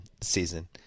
season